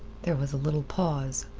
there was a little pause.